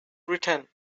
written